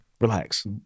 Relax